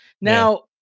Now